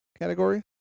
category